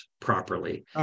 properly